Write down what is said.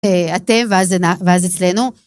אתם ואז אצלנו.